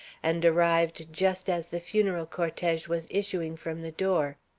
and arrived just as the funeral cortege was issuing from the door.